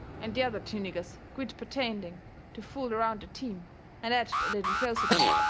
and the other two niggers quit pertending to fool around the team and edged a little closeter,